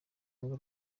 ngo